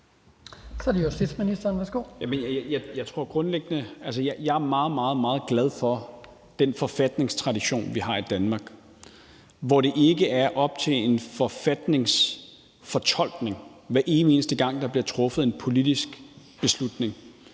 meget, meget glad for den forfatningstradition, vi har i Danmark, hvor det ikke er op til en forfatningsfortolkning, hver evig eneste gang der bliver truffet en politisk beslutning.